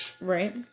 Right